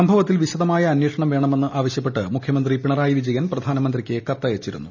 സംഭവത്തിൽ വിശദമായ അന്വേഷണം വേണമെന്റ് ആവശ്യപ്പെട്ട് മുഖ്യമന്ത്രി പിണറായി വിജയൻ പ്രധാനമൃത്തിക്ക് കത്ത് അയച്ചിരുന്നു